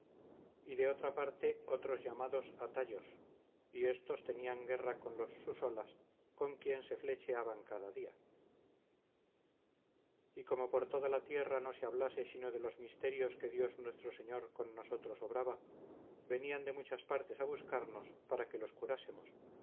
y de otra parte otros llamados atayos y estos tenían guerra con los susolas con quien se flechaban cada día y como por toda la tierra no se hablase sino de los misterios que dios nuestro señor con nosotros obraba venían de muchas partes a buscarnos para que los